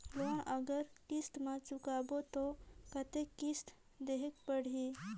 Loan अगर किस्त म चुकाबो तो कतेक किस्त देहेक पढ़ही?